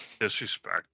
disrespect